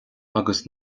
agus